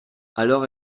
alors